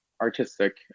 artistic